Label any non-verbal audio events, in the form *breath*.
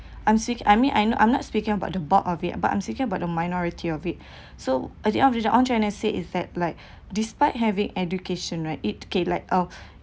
*breath* I'm sick I mean I'm I'm not speaking about the bulk of it but I'm speaking about the minority of it *breath* so at the end I'm trying to say is that like *breath* despite having education right it okay~ like uh